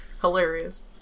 hilarious